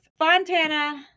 Fontana